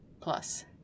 plus